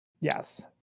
Yes